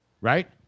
Right